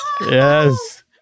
Yes